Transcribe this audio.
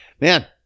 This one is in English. Man